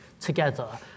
Together